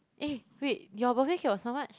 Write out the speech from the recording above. eh wait your birthday cake was how much